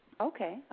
Okay